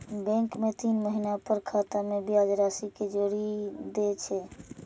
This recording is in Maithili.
बैंक तीन महीना पर खाता मे ब्याज राशि कें जोड़ि दै छै